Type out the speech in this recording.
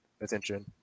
attention